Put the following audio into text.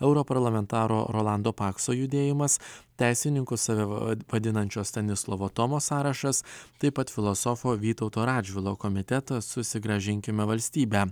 europarlamentaro rolando pakso judėjimas teisininku save va vadinančio stanislovo tomo sąrašas taip pat filosofo vytauto radžvilo komitetas susigrąžinkime valstybę